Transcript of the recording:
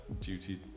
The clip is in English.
duty